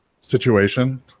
situation